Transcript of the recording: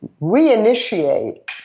reinitiate